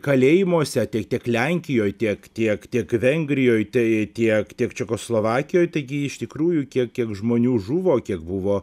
kalėjimuose tiek lenkijoje tiek tiek tiek vengrijoje tai tiek tiek čekoslovakijoj taigi iš tikrųjų kiek kie žmonių žuvo kiek buvo